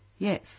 Yes